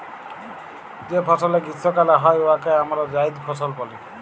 যে ফসলে গীষ্মকালে হ্যয় উয়াকে আমরা জাইদ ফসল ব্যলি